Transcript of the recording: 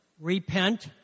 Repent